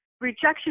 rejection